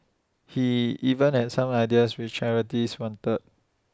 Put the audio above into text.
he even had some ideas which charities wanted